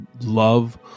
love